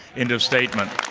end of statement.